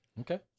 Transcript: Okay